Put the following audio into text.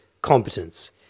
competence